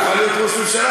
הוא יוכל להיות ראש ממשלה,